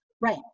Right